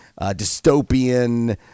dystopian